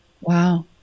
Wow